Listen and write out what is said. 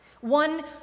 One